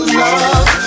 love